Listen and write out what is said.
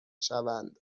شوند